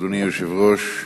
אדוני היושב-ראש,